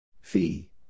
Fee